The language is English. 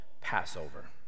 Passover